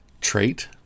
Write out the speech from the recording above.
trait